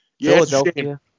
Philadelphia